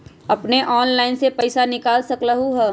अपने ऑनलाइन से पईसा निकाल सकलहु ह?